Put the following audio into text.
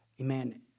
amen